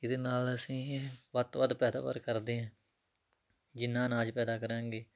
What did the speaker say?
ਇਹਦੇ ਨਾਲ ਅਸੀਂ ਵੱਧ ਤੋਂ ਵੱਧ ਪੈਦਾਵਾਰ ਕਰਦੇ ਹਾਂ ਜਿੰਨਾ ਅਨਾਜ ਪੈਦਾ ਕਰਾਂਗੇ